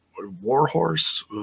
Warhorse